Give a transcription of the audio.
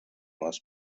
was